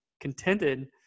contended